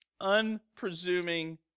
unpresuming